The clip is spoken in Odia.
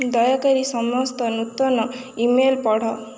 ଦୟାକରି ସମସ୍ତ ନୂତନ ଇମେଲ୍ ପଢ଼